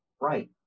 right